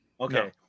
Okay